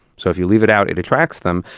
so if you leave it out, it attracts them,